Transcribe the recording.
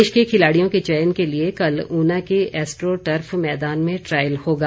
प्रदेश के खिलाड़ियों के चयन के लिए कल ऊना के एस्ट्रो टर्फ मैदान में ट्रायल होगा